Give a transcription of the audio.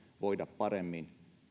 voida paremmin